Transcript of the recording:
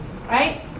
right